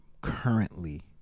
currently